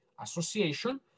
association